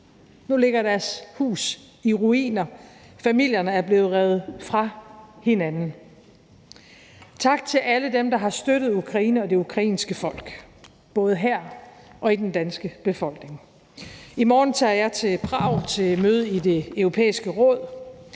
Nu ligger deres huse i ruiner. Familierne er blevet revet fra hinanden. Tak til alle dem, der har støttet Ukraine og det ukrainske folk, både her og i den danske befolkning. I morgen tager jeg til Prag til møde i Det Europæiske Råd.